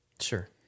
Sure